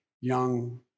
young